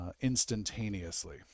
instantaneously